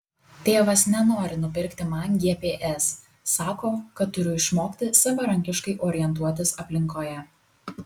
tėvas nenori nupirkti man gps sako kad turiu išmokti savarankiškai orientuotis aplinkoje